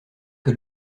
que